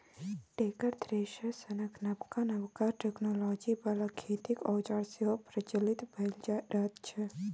tractor, thresher सनक नबका नबका टेक्नोलॉजी बला खेतीक औजार सेहो प्रचलित भए रहल छै